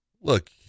look